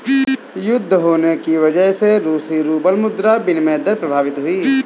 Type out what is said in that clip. युद्ध होने की वजह से रूसी रूबल मुद्रा विनिमय दर प्रभावित हुई